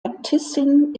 äbtissin